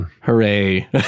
Hooray